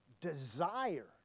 desire